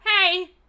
hey